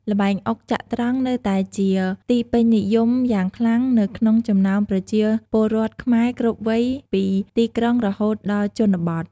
ល្បែងអុកចត្រង្គនៅតែជាទីពេញនិយមយ៉ាងខ្លាំងនៅក្នុងចំណោមប្រជាពលរដ្ឋខ្មែរគ្រប់វ័យពីទីក្រុងរហូតដល់ជនបទ។